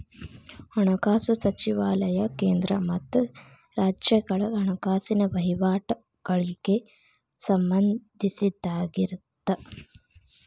ಹಣಕಾಸು ಸಚಿವಾಲಯ ಕೇಂದ್ರ ಮತ್ತ ರಾಜ್ಯಗಳ ಹಣಕಾಸಿನ ವಹಿವಾಟಗಳಿಗೆ ಸಂಬಂಧಿಸಿದ್ದಾಗಿರತ್ತ